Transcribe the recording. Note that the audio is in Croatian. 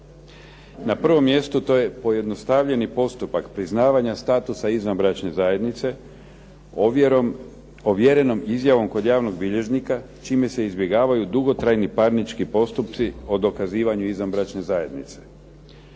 Na prvom mjestu to je pojednostavljeni postupak priznavanja statusa izvanbračne zajednice ovjerenom izjavom kod javnog bilježnika čime se izbjegavaju dugotrajni parnički postupci o dokazivanju izvanbračne zajednice.